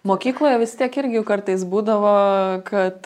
mokykloje vis tiek irgi juk kartais būdavo kad